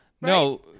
No